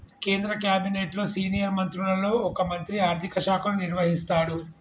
కేంద్ర క్యాబినెట్లో సీనియర్ మంత్రులలో ఒక మంత్రి ఆర్థిక శాఖను నిర్వహిస్తాడు